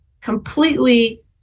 completely